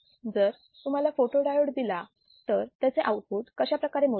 जर तुम्हाला फोटोडायोड दिला तर त्याचे आउटपुट कशाप्रकारे मोजाल